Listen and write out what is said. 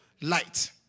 light